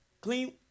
Clean